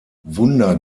wunder